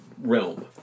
realm